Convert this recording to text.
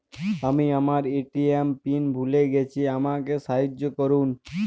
আমি আমার ATM PIN ভুলে গেছি আমাকে সাহায্য করুন